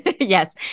Yes